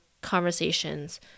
conversations